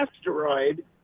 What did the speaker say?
asteroid